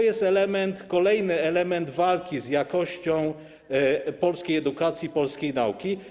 Jest to kolejny element walki z jakością polskiej edukacji, polskiej nauki.